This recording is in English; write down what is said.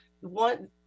One